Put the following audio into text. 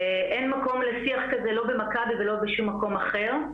אין מקום לשיח כזה לא במכבי ולא בשום מקום אחר,